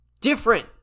different